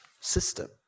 system